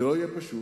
זה לא יהיה פשוט.